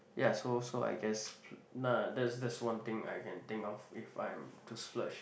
ya so so I guess yeah that's that's one thing I can think of if I am to splurge